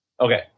Okay